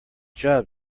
job